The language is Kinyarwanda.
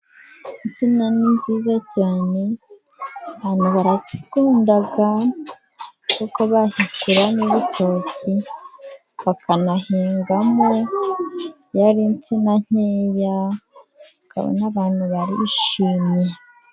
Insina ni nziza cyane abantu barakunda kuko bazikuramo ibitoki bakanahingamo iyo ari insina nkeya ukabona abantu barishimye.